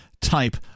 type